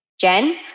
Jen